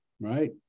Right